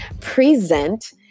Present